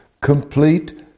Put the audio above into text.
Complete